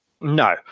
no